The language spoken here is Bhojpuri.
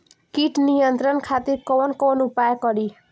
कीट नियंत्रण खातिर कवन कवन उपाय करी?